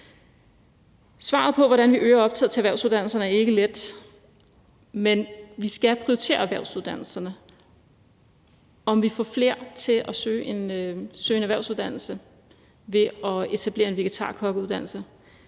Svaret på, hvordan vi øger optaget til erhvervsuddannelserne, er ikke let, men vi skal prioritere erhvervsuddannelserne. At vi får flere til at søge en erhvervsuddannelse ved at etablere en vegetarkokkeuddannelse,